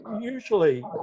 usually